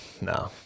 no